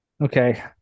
Okay